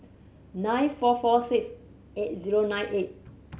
nine four four six eight zero nine eight